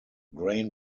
grain